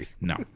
no